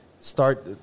Start